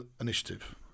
initiative